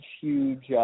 huge –